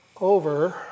over